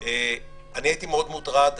אני הייתי מאוד מוטרד,